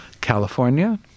California